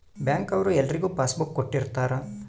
bank ಅವ್ರು ಎಲ್ರಿಗೂ passbook ಕೊಟ್ಟಿರ್ತರ